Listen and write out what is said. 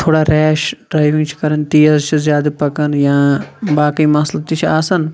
تھوڑا rash driving چھِ کَران تیز چھِ زیادٕ پَکان یا باقٕے مَسلہِ تہِ چھِ آسان